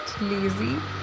lazy